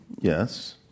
yes